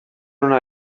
una